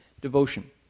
devotion